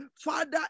Father